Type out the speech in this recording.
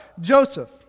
Joseph